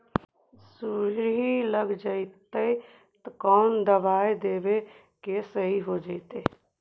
सुंडी लग जितै त कोन दबाइ देबै कि सही हो जितै?